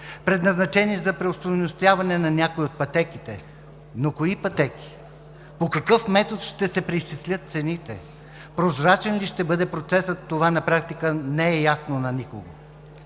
предназначени за преостойностяване на някои от пътеките, но кои пътеки? По какъв метод ще се преизчислят цените? Прозрачен ли ще бъде процесът? Това на практика не е ясно на никого.